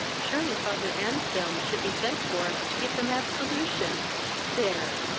surely father anselm should be sent for to give them absolution there!